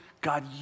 God